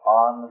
on